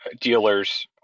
dealers